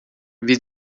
wie